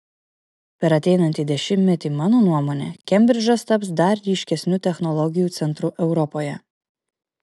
per ateinantį dešimtmetį mano nuomone kembridžas taps dar ryškesniu technologijų centru europoje